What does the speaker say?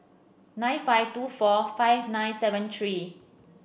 nine five two four five nine seven three